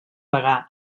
pagar